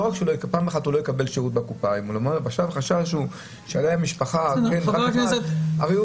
לא רק שלו כי פעם אחת הוא לא יקבל שירות בקופה --- חבר הכנסת מקלב,